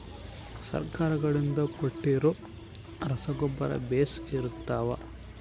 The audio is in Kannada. ಸರ್ಕಾರಗಳಿಂದ ಕೊಟ್ಟಿರೊ ರಸಗೊಬ್ಬರ ಬೇಷ್ ಇರುತ್ತವಾ?